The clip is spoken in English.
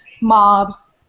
mobs